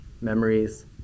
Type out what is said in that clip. Memories